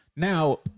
Now